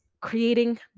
creating